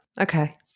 Okay